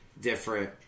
different